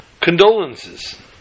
condolences